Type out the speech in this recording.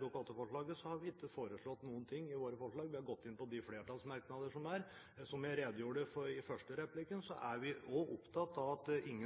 Dokument 8-forslaget har vi ikke foreslått noen ting. Vi har gått inn på de flertallsmerknadene som er der. Som jeg redegjorde for i den første replikken, er vi også opptatt av at ingen